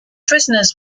prisoners